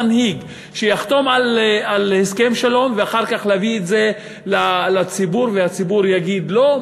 מנהיג שיחתום על הסכם שלום ואחר כך יביא את זה לציבור והציבור יגיד לא?